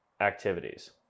activities